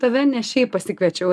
tave ne šiaip pasikviečiau